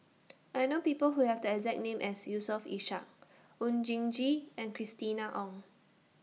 I know People Who Have The exact name as Yusof Ishak Oon Jin Gee and Christina Ong